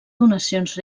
donacions